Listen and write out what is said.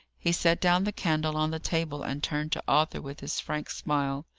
he set down the candle on the table, and turned to arthur with his frank smile.